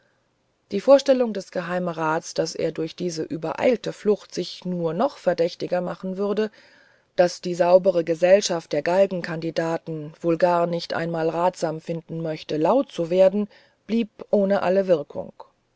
die vorstellungen des geheimerats daß er durch diese übereilte flucht sich nur noch verdächtiger machen würde daß die saubere gesellschaft der galgenkandidaten wohl gar nicht einmal ratsam finden möchte laut zu werden blieben ohne alle wirkung